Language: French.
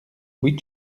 huit